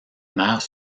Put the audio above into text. mère